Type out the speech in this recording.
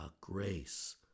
grace